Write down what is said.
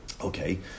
Okay